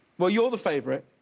well, are you ah the favorite,